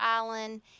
Island